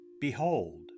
behold